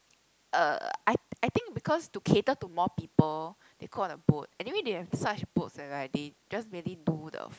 uh I I think because to cater to more people they call the boat anyway they have such a boat that's like they just nearly do the